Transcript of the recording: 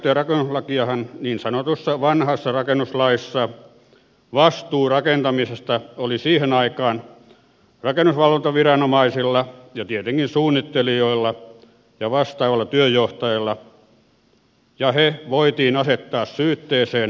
ennen maankäyttö ja rakennuslakiahan niin sanotussa vanhassa rakennuslaissa vastuu rakentamisesta oli siihen aikaan rakennusvalvontaviraomaisilla ja tietenkin suunnittelijoilla ja vastaavalla työnjohtajalla ja heidät voitiin asettaa syytteeseen virheistään